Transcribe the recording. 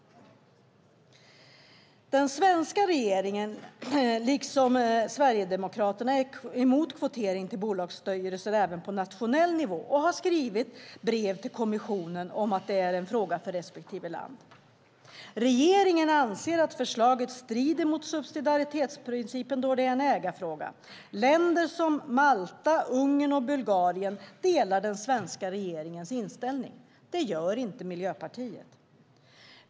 Den svenska regeringen liksom Sverigedemokraterna är emot kvotering till bolagsstyrelser även på nationell nivå och har skrivit brev till kommissionen om att det är en fråga för respektive land. Regeringen anser att förslaget strider mot subsidiaritetsprincipen då det är en ägarfråga. Malta, Ungern och Bulgarien delar den svenska regeringens inställning. Det gör inte Miljöpartiet.